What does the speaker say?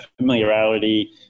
familiarity